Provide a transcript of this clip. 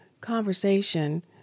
conversation